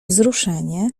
wzruszenie